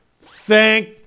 Thank